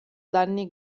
danni